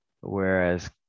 whereas